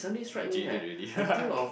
jaded already